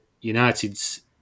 United's